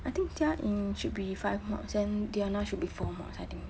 I think jia ying should be five mods then diana should be four mods I think